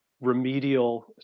remedial